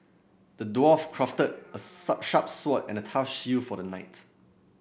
the dwarf crafted a sharp sword and a tough shield for the knight